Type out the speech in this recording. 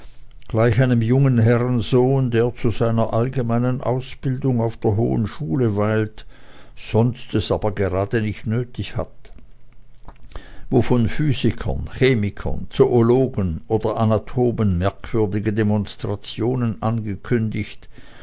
gleich einem jungen herrensohn der zu seiner allgemeinen ausbildung auf der hohen schule weilt sonst es aber gerade nicht nötig hat wo von physikern chemikern zoologen oder anatomen merkwürdige demonstrationen angekündigt